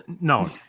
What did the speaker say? no